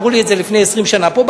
אמרו לי את זה לפני 20 שנה פה,